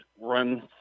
run